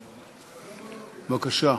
בבקשה.